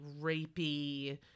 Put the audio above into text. rapey